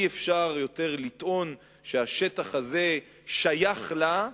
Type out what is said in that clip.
אי-אפשר לטעון עוד שהשטח הזה שייך לה.